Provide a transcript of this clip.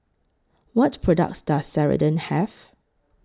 What products Does Ceradan Have